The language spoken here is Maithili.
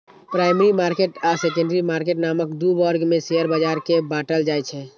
प्राइमरी मार्केट आ सेकेंडरी मार्केट नामक दू वर्ग मे शेयर बाजार कें बांटल जाइ छै